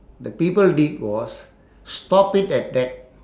the people did was stop it at that